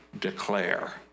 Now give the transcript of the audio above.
declare